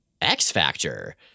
X-Factor